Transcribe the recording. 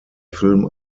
film